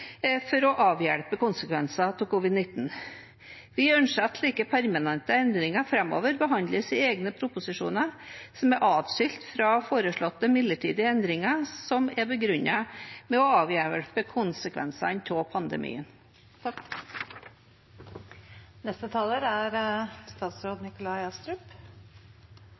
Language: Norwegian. for å avhjelpe konsekvenser av covid-19. Vi ønsker at slike permanente endringer framover behandles i egne proposisjoner som er atskilt fra foreslåtte midlertidige endringer som er begrunnet med å avhjelpe konsekvensene av pandemien.